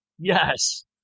Yes